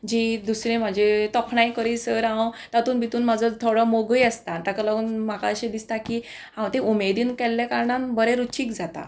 जीं दुसरे म्हाजे तोखणाय करिसर हांव तातून भितर म्हाजो थोडो मोगूय आसता ताका लागून म्हाका अशें दिसता की हांव तें उमेदीन केल्ले कारणान बरें रुचीक जाता